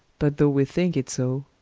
but though we thinke it so,